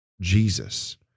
Jesus